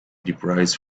price